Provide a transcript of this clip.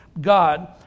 God